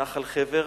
נחל חבר,